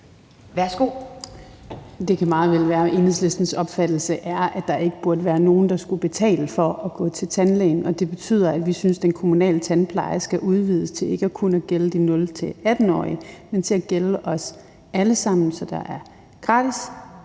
(EL): Det kan meget vel være. Enhedslistens opfattelse er, at der ikke burde være nogen, der skulle betale for at gå til tandlægen. Det betyder, at vi synes, den kommunale tandpleje skal udvides til ikke kun at gælde de 0-18-årige, men til at gælde os alle sammen, så der er